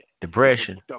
Depression